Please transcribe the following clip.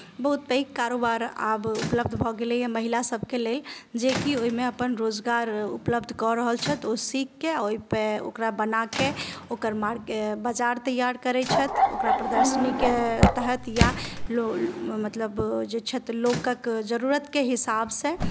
बहुत पैघ कारोबार आब उपलब्ध भऽ गेलैए महिलासभके लेल जेकि ओहिमे अपन रोजगार उपलब्ध कऽ रहल छथि ओ सीखके ओहि पे ओकरा बनाके ओकर बाजार तैआर करैत छथि ओकरा प्रदर्शनीके तहत या मतलब जे छथि लोकल जरूरतके हिसाबसँ